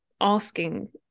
asking